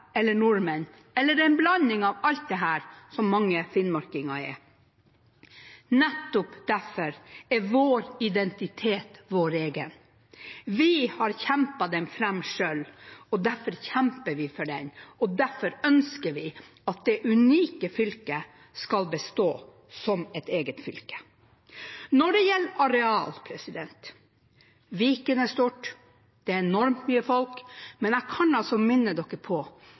eller nordmenn – eller en blanding av alt dette, som mange finnmarkinger er. Nettopp derfor er vår identitet vår egen. Vi har kjempet den fram selv. Derfor kjemper vi for den, og derfor ønsker vi at det unike fylket skal bestå som et eget fylke. Når det gjelder areal: Viken er stort, og det er enormt mye folk, men jeg kan minne